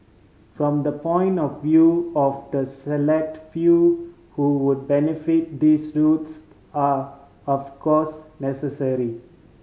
from the point of view of the select few who would benefit these routes are of course necessary